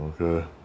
Okay